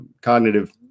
cognitive